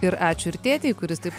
ir ačiū ir tėtei kuris taip